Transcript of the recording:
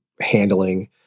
handling